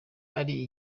ari